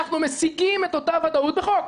אנחנו משיגים את אותה ודאות בחוק.